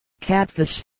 catfish